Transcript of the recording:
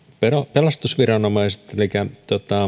pelastusviranomaiset elikkä